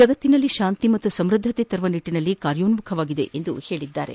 ಜಗತ್ತಿನಲ್ಲಿ ಶಾಂತಿ ಮತ್ತು ಸಮ್ಬದ್ದತೆ ತರುವ ನಿಟ್ಟನಲ್ಲಿ ಕಾರ್ಯೋನ್ಮಖವಾಗಿದೆ ಎಂದು ಹೇಳಿದ್ದಾರೆ